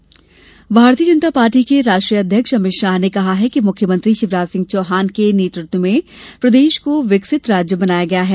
अमित शाह भारतीय जनता पार्टी के राष्ट्रीय अध्यक्ष अमित शाह ने कहा है कि मुख्यमंत्री शिवराज सिंह चौहान के नेतृत्व में प्रदेश को विकसित राज्य बनाया गया है